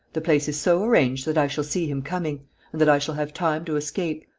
the place is so arranged that i shall see him coming and that i shall have time to escape,